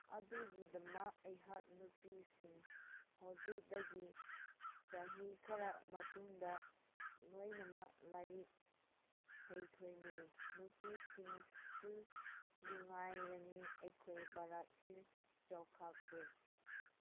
ꯑꯗꯨꯒꯤꯗꯃꯛ ꯑꯩꯍꯥꯛ ꯅꯨꯄꯤꯁꯤꯡ ꯍꯧꯖꯤꯛꯇꯒꯤ ꯆꯍꯤ ꯈꯔ ꯃꯇꯨꯡꯗ ꯂꯣꯏꯅꯃꯛ ꯂꯥꯏꯔꯤꯛ ꯍꯩꯈ꯭ꯔꯅꯤ ꯅꯨꯄꯤꯁꯤꯡꯁꯨ ꯅꯨꯡꯉꯥꯏꯔꯅꯤ ꯑꯩꯈꯣꯏ ꯚꯥꯔꯠꯁꯨ ꯆꯥꯎꯈꯠꯈ꯭ꯔꯦ